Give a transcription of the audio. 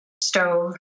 stove